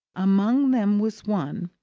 among them was one,